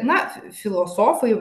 na filosofai